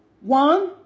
One